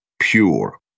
pure